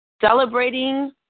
Celebrating